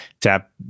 tap